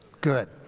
good